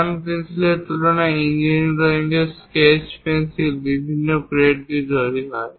সাধারণ পেন্সিলের তুলনায় ইঞ্জিনিয়ারিং ড্রয়িং স্কেচ পেন্সিল বিভিন্ন গ্রেড নিয়ে গঠিত